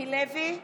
מיקי לוי,